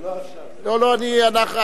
לא עכשיו.